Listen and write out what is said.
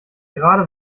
gerade